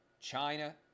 China